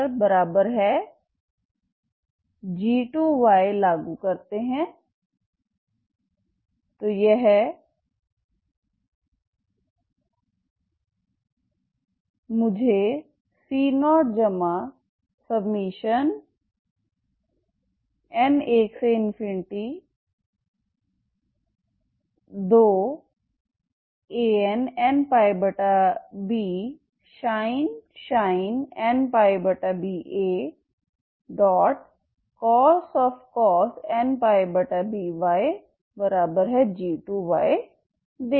ayg2 लागू करते हैं तो यह मुझे c0n12Annπbsinh nπba cos nπby g2देगा